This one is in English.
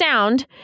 sound